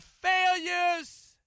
failures